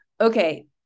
okay